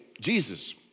Jesus